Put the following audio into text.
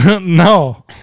No